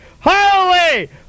holy